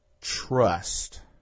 trust